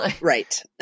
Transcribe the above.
Right